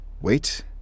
Wait